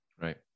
Right